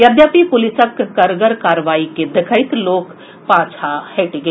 यद्यपि पुलिसक कड़गर कार्रवाई के देखैत लोक पाछा हटि गेल